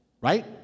right